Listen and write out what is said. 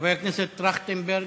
חבר הכנסת טרכטנברג,